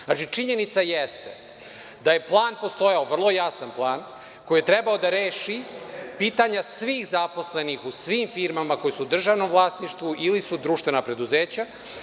Znači, činjenica jeste da je plan postojao, vrlo jasan plan, koji je trebalo da reši pitanja svih zaposlenih u svim firmama koje su u državnom vlasništvu ili su društvena preduzeća.